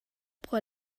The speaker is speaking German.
pro